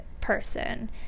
person